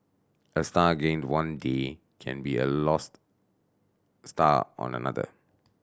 a star gained one day can be a lost star on another